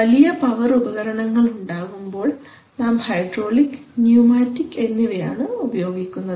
വലിയ പവർ ഉപകരണങ്ങൾ ഉണ്ടാകുമ്പോൾ നാം ഹൈഡ്രോളിക് ന്യൂമാറ്റിക് എന്നിവയാണ് ഉപയോഗിക്കുന്നത്